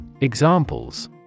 Examples